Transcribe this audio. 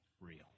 real